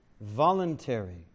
voluntary